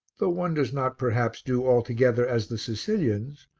though one does not perhaps do altogether as the sicilians,